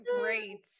great